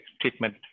treatment